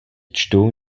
čtu